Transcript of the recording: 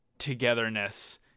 togetherness